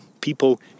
People